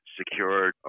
secured